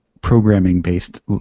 programming-based